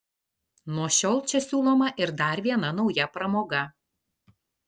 nuo šiol čia siūloma ir dar viena nauja pramoga